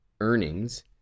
earnings